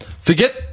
Forget